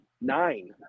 nine